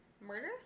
Murder